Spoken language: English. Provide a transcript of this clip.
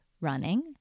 running